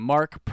Mark